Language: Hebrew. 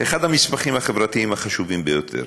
אחד המסמכים החברתיים החשובים ביותר: